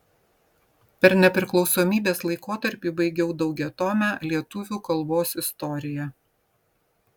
per nepriklausomybės laikotarpį baigiau daugiatomę lietuvių kalbos istoriją